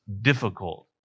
difficult